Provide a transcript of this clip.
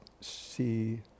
see